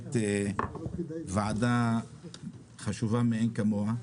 באמת ועדה חשובה מעין כמוה,